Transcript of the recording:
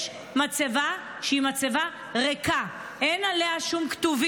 יש מצבה שהיא מצבה ריקה, אין עליה שום כיתוב,